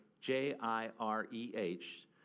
J-I-R-E-H